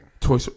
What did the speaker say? Toy